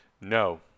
No